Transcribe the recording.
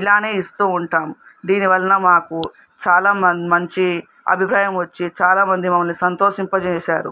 ఇలానే ఇస్తు ఉంటాము దీని వల్ల మాకు చాలా మంచి అభిప్రాయం వచ్చి చాలా మంది మమ్మల్ని సంతోషింప చేశారు